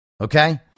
okay